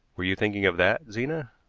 were you thinking of that, zena?